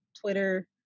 Twitter